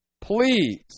Please